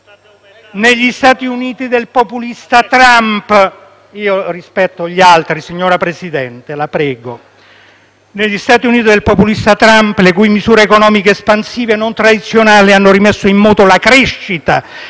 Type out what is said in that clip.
Negli Stati Uniti del populista Trump, le cui misure economiche espansive non tradizionali hanno rimesso in moto la crescita